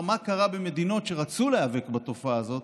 לומר מה קרה במדינות שרצו להיאבק בתופעה הזאת: